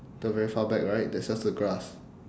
the very far back right there's just the grass